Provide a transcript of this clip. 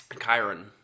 Chiron